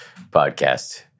podcast